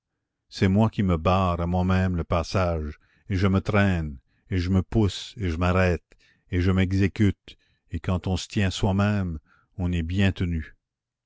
c'est moi qui me barre à moi-même le passage et je me traîne et je me pousse et je m'arrête et je m'exécute et quand on se tient soi-même on est bien tenu